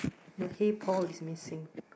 the hey Paul is missing